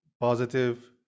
positive